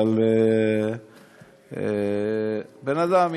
אבל בן אדם,